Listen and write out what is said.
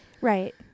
Right